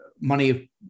money